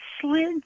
slid